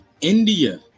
India